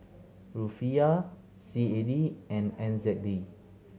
Rufiyaa C A D and N Z D